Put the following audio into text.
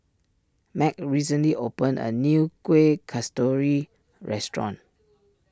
Meg recently opened a new Kueh Kasturi restaurant